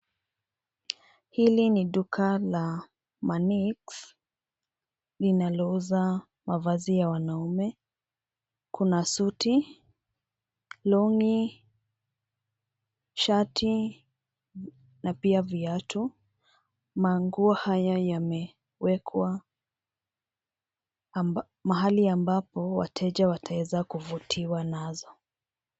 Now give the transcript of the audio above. Hili ni duka la Manix linalouza mavazi ya wanaume. Kuna suti, long'i , shati na pia viatu. Manguo haya yamewekwa mahali ambapo wateja wataweza kuvutiwa nazo.